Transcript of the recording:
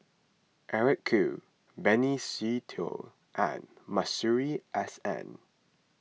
Eric Khoo Benny Se Teo and Masuri S N